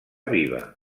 viva